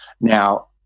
Now